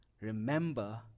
remember